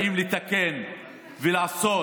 באים לתקן ולעשות.